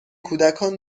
کودکان